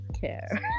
care